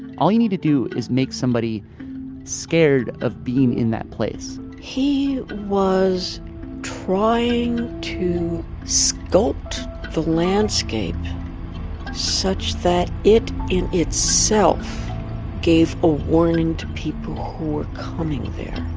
all you need to do is make somebody scared of being in that place he was trying to see sculpt the landscape such that it in itself gave a warning to people who were coming there.